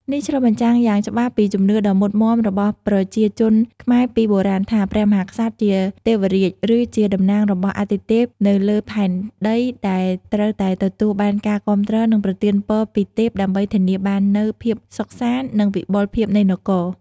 នេះឆ្លុះបញ្ចាំងយ៉ាងច្បាស់ពីជំនឿដ៏មុតមាំរបស់ប្រជាជនខ្មែរពីបុរាណថា ព្រះមហាក្សត្រជា ទេវរាជ ឬជាតំណាងរបស់អាទិទេពនៅលើផែនដី ដែលត្រូវតែទទួលបានការគាំទ្រ និងប្រទានពរពីទេព ដើម្បីធានាបាននូវភាពសុខសាន្ត និងវិបុលភាពនៃនគរ។